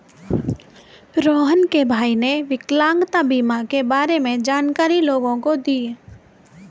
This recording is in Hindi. रोहण के भाई ने विकलांगता बीमा के बारे में जानकारी लोगों को दी